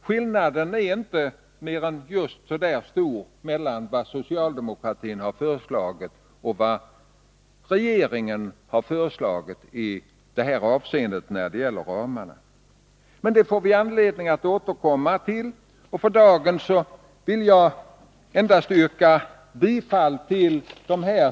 Skillnaden är nämligen inte större mellan socialdemokratins och regeringens förslag när det gäller ramarna. Vi får anledning att återkomma till diskussionen i övrigt om två månader.